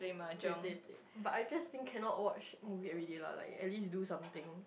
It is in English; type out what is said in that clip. play play play but I just think cannot watch movie everyday lah like at least do something